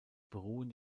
beruhen